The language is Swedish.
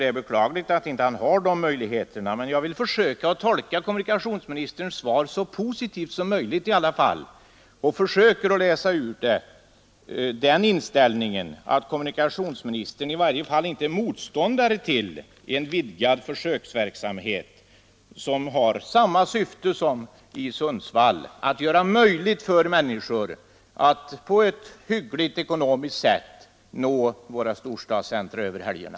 Det är beklagligt att statsrådet inte har de möjligheterna, men jag skall i alla fall försöka tolka kommunikationsministerns svar så positivt som möjligt och där läsa ut den inställningen att han i varje fall inte är motståndare till en vidgad försöksverksamhet som har samma syfte som den i Sundsvall, att göra möjligt för människor att på ett hyggligt ekonomiskt sätt nå våra storstadscentra över helgerna.